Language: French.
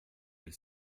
elle